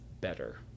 better